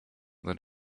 that